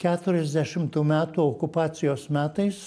keturiasdešimtų metų okupacijos metais